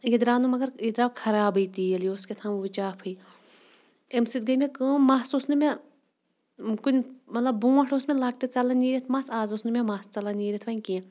یہِ درٛاو نہٕ مگر یہِ درٛاو خرابٕے تیٖل یہِ اوس کیٛاہ تھام وٕچاپھٕے اَمہِ سۭتۍ گٔے مےٚ کٲم مَس اوس نہٕ مےٚ کُنہِ مطلب برٛونٛٹھ اوس مےٚ لۄکٹہِ ژَلان نیٖرِتھ مَس آز اوس نہٕ مےٚ مَس ژَلان نیٖرِتھ وۄنۍ کیٚنٛہہ